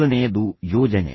ಮೊದಲನೆಯದು ಯೋಜನೆ